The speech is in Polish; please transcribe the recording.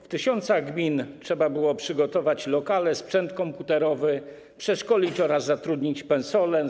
W tysiącach gmin trzeba było przygotować lokale, sprzęt komputerowy, przeszkolić oraz zatrudnić personel.